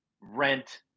rent